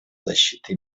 защиты